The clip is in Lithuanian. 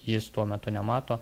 jis tuo metu nemato